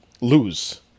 lose